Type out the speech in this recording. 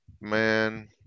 Man